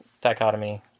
dichotomy